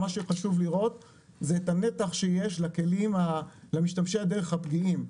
מה שחשוב לראות זה את הנתח שיש למשתמשי הדרך הפגיעים,